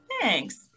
Thanks